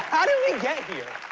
how did we get here?